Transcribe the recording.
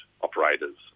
operators